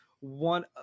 one